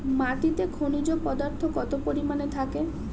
মাটিতে খনিজ পদার্থ কত পরিমাণে থাকে?